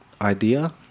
idea